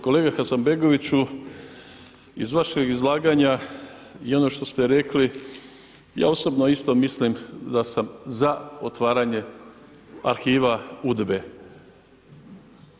Kolega Hasanbegoviću, iz vašeg izlaganja i onoga što ste rekli ja osobno isto mislim da sam za otvaranje arhiva UDBA-e.